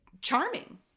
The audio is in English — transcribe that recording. charming